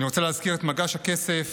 אני רוצה להזכיר את מגש הכסף,